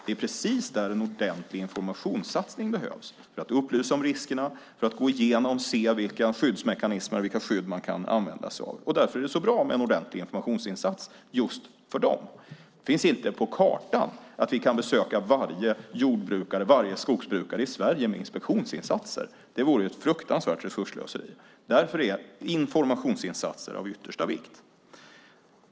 Det är precis där en ordentlig informationssatsning behövs för att upplysa om riskerna och för att gå igenom och se vilka skyddsmekanismer och vilka skydd man kan använda sig av. Därför är det så bra med en ordentlig informationsinsats just för jord och skogsbrukarna. Det finns inte på kartan att vi kan besöka varje jordbrukare och skogsbrukare i Sverige med inspektionsinsatser. Det vore ett fruktansvärt resursslöseri. Därför är informationsinsatser av yttersta vikt.